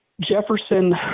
Jefferson